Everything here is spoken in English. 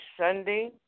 Sunday